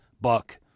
Buck